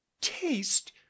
taste